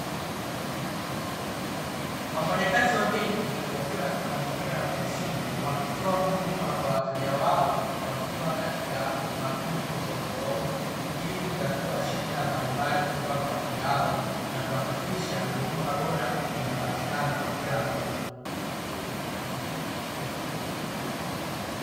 Wafanyakazi wa benki wakiwa katika mazingira ya ofisini wakitoa huduma kwa wateja wao, wakiwa katika makundi tofautitofauti ili kutatua shida mbalimbali kutoka kwa wateja wao, na kuhakikisha huduma bora inapatikana kwa kila mmoja.